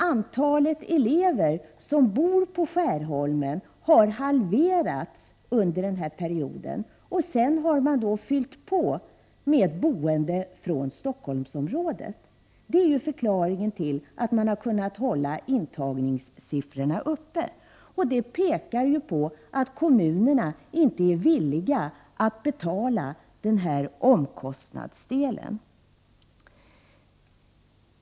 Antalet elever som bor på Skärholmen har halverats under perioden, och sedan har man fyllt på med elever från Stockholmsområdet. Det är förklaringen till att man har kunnat hålla intagningssiffrorna uppe, och det tyder ju på att kommunerna inte är villiga att betala den omkostnadsdelen.